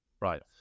Right